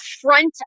front